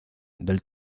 del